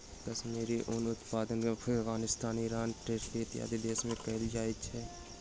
कश्मीरी ऊनक उत्पादन Afghanistan, Iran, Turkey, इत्यादि देश में कयल जाइत अछि